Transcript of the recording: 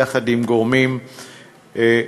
יחד עם גורמים נוספים,